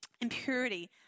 impurity